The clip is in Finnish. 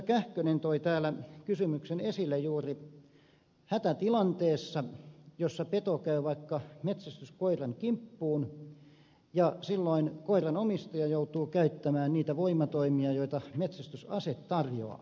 kähkönen toi täällä kysymyksen esille juuri hätätilanteesta jossa peto käy vaikka metsästyskoiran kimppuun ja silloin koiran omistaja joutuu käyttämään niitä voimatoimia joita metsästysase tarjoaa